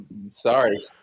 Sorry